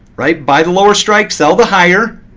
right? buy the lower strike, sell the higher.